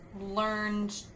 learned